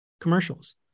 commercials